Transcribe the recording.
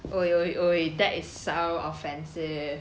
are you are that is so our fancy